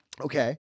Okay